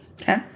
Okay